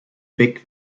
big